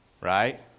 Right